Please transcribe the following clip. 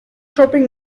shopping